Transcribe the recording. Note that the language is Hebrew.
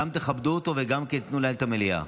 גם תכבדו אותו וגם תנו לנהל את המליאה.